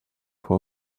for